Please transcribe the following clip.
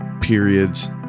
periods